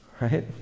right